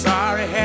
Sorry